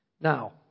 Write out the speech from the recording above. Now